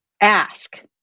ask